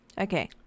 Okay